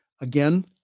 again